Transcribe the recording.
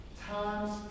times